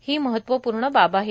ही महत्वपूर्ण बाब आहे